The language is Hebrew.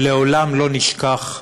לעולם לא נשכח,